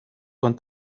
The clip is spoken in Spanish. con